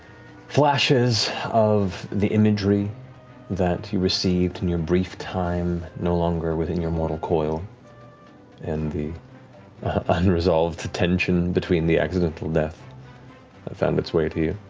flashes of the imagery that you received in your brief time no longer within your mortal coil and the unresolved tension between the accidental death that found its way to you.